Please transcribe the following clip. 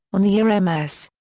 on the r m s.